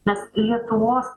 mes lietuvos